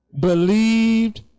believed